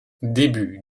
début